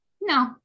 no